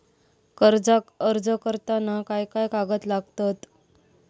कर्जाक अर्ज करताना काय काय कागद लागतत?